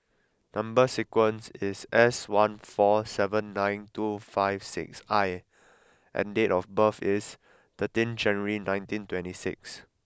number sequence is S one four seven nine two five six I and date of birth is thirteenth January nineteen twenty six